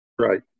Right